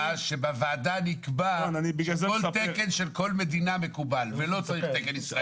בוועדה נקבע שכל תקן של כל מדינה מקובל ולא צריך תקן ישראלי.